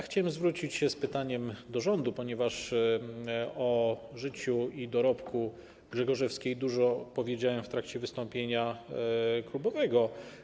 Chciałem zwrócić się z pytaniem do rządu, ponieważ o życiu i dorobku Grzegorzewskiej dużo powiedziałem w trakcie wystąpienia klubowego.